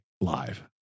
live